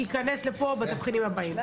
ייכנסו לפה בתבחינים הבאים.